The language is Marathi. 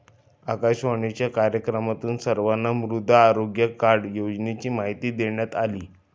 आकाशवाणीच्या कार्यक्रमातून सर्वांना मृदा आरोग्य कार्ड योजनेची माहिती देण्यात आली